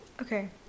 Okay